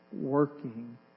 working